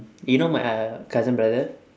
you know my uh cousin brother